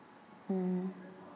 mm